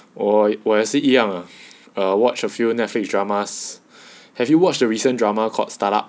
我我也是一样 lah err watch a few Netflix dramas have you watched the recent drama called startup